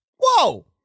Whoa